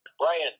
Brian